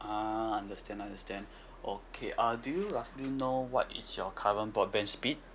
ah understand understand okay uh do you roughly know what is your current broadband speed